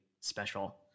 special